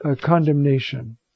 condemnation